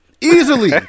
easily